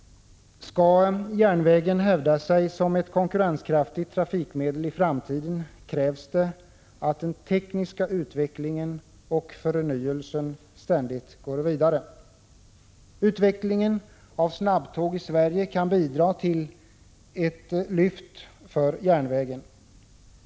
Skall järnvägen hävda sig som ett konkurrenskraftigt trafikmedel i framtiden krävs det att den tekniska utvecklingen och förnyelsen ständigt går vidare. Utvecklingen av snabbtåg i Sverige kan bidra till ett lyft för 13 järnvägen.